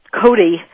Cody